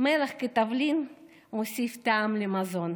מלח כתבלין מוסיף טעם למזון,